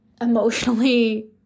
emotionally